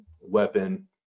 weapon